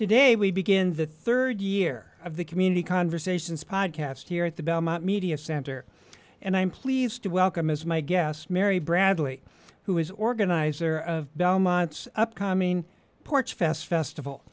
today we begin the rd year of the community conversations podcast here at the belmont media center and i am pleased to welcome as my guest mary bradley who is organizer of belmont's upcoming ports fest festival